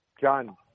John